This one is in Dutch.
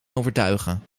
overtuigen